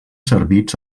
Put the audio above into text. servits